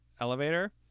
elevator